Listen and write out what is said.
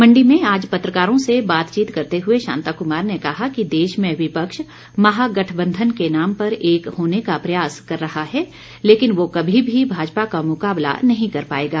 मंडी में आज पत्रकारों से बातचीत करते हुए शांता कुमार ने कहा कि देश में विपक्ष महागठबंधन के नाम पर एक होने का प्रयास कर रहा है लेकिन वह कभी भी भाजपा का मुकाबला नहीं कर पाएगा